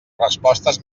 respostes